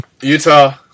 Utah